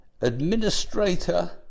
administrator